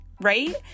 right